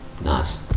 nice